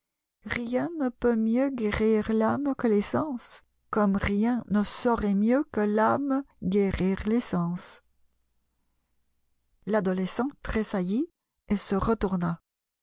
rien ne peut mieux guérir l'âme que les sens comme rien ne saurait mieux que l'âme guérir les sens l'adolescent tressaillit et se retourna